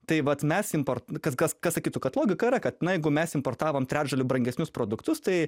tai vat mes importo kad kas kas sakytų kad logika yra kad na jeigu mes importavom trečdaliu brangesnius produktus tai